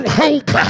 hope